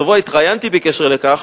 השבוע התראיינתי בקשר לכך.